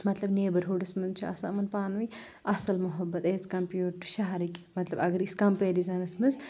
مطلب نیبرہُڈس منٛز چھُ آسان یمن پانہٕ ؤنۍ اصل محبت ایز کمپیٲڈ ٹُو شہرٕکۍ مطلب اگر أسۍ کمپیرزنس منٛز